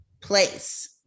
place